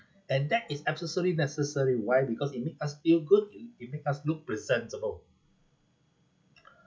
and that is absolutely necessary why because it make us feel good it make us look presentable